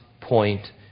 point